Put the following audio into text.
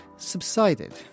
subsided